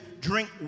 drink